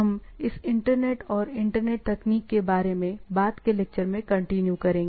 हम इस इंटरनेट और इंटरनेट तकनीक के बारे में बाद के लेक्चर में कंटिन्यू करेंगे